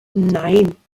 nein